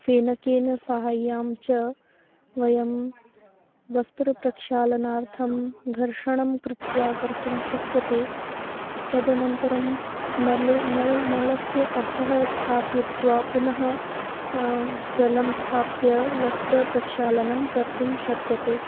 फेनकेन सहाय्यं च वयं वस्त्रप्रक्षालनार्थं घर्षणं कृत्वा कर्तुं शक्यते तदनन्तरं नले नलं नलस्य अधः स्थापयित्वा पुनः जलं स्थाप्य वस्त्रप्रक्षालनं कर्तुं शक्यते